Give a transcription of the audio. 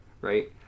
Right